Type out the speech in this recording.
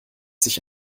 sich